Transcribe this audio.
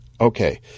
Okay